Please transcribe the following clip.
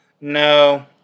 No